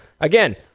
Again